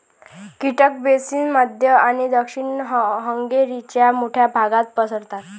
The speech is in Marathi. कीटक बेसिन मध्य आणि दक्षिण हंगेरीच्या मोठ्या भागात पसरतात